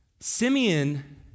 Simeon